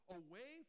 away